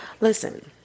Listen